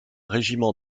régiment